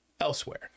elsewhere